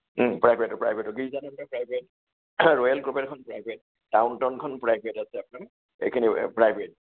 প্ৰাইভেটো প্ৰাইভেটো Girjananda private royal গ্ল'বেলখন private down টাউনখন প্ৰাইভেট আছে আপোনাৰ এইখিনি প্ৰাইভেট